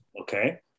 okay